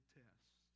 tests